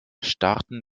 starten